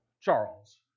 Charles